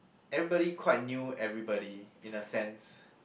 everybody quite knew everybody in a sense